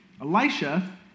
Elisha